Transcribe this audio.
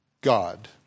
God